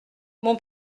mon